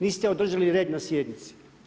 Niste održali red na sjednici.